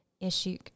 issue